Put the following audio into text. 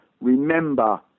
remember